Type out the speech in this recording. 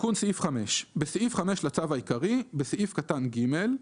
"תיקון סעיף 5 7. בסעיף 5 לצו העיקרי: בסעיף קטן (ג):